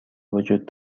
وجود